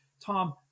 Tom